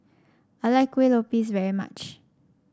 I like Kueh Lopes very much